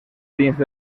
dins